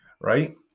right